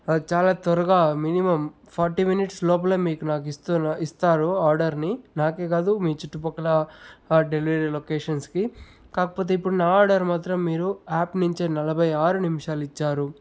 చాలా త్వరగా minimum forty minutes లోపలే మీకు నాకు ఇస్తూ ఇస్తారు ఆర్డర్ని నాకే కాదు మీ చుట్టుపక్కల డెలివరీ లొకేషన్స్కి కాకపోతే ఇప్పుడు నా ఆర్డర్ మాత్రం మీరు యాప్ నుంచి నలభై ఆరు నిముషాలు ఇచ్చారు